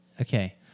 Okay